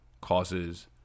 causes